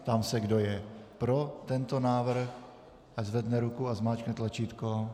Ptám se, kdo je pro tento návrh, ať zvedne ruku a zmáčkne tlačítko.